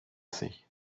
sich